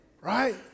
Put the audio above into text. right